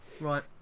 Right